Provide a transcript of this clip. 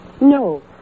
No